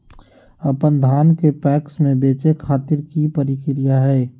अपन धान के पैक्स मैं बेचे खातिर की प्रक्रिया हय?